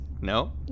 No